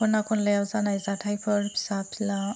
खना खनलायाव जानाय जाथायफोर फिसा फिला